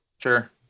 sure